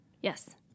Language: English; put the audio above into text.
Yes